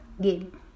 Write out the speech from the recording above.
game